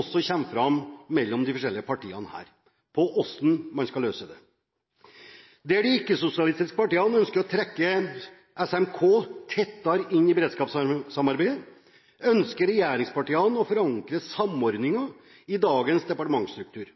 også kommer fram mellom de forskjellige partiene når det gjelder hvordan man skal løse det. Der de ikke-sosialistiske partiene ønsker å trekke SMK tettere inn i beredskapssamarbeidet, ønsker regjeringspartiene å forankre samordningen i dagens departementsstruktur.